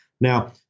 Now